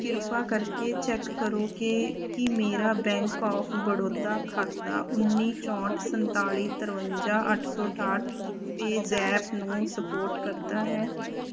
ਕ੍ਰਿਪਾ ਕਰਕੇ ਚੈੱਕ ਕਰੋ ਕਿ ਕੀ ਮੇਰਾ ਬੈਂਕ ਔਫ ਬੜੌਦਾ ਖਾਤਾ ਉੱਨੀ ਚੌਂਹਠ ਸੰਤਾਲੀ ਤਰਵੰਜਾ ਅੱਠ ਸੌ ਅਠਾਹਠ ਪੇਜ਼ੈਪ ਨੂੰ ਸਪੋਰਟ ਕਰਦਾ ਹੈ